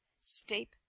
steep